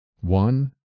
One